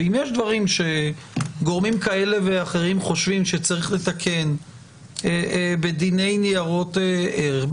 ואם יש דברים שגורמים כאלה ואחרים חושבים שצריך לתקן בדיני ניירות ערך,